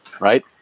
right